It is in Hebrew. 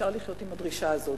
אפשר לחיות עם הדרישה הזאת.